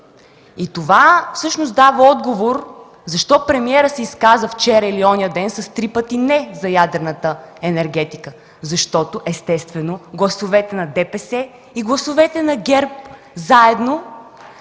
Това всъщност дава отговор защо премиерът се изказа вчера или онзи ден с три пъти „не” за ядрената енергетика. Защото естествено гласовете на ДПС и на ГЕРБ заедно